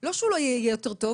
לא שהוא לא יהיה יותר טוב,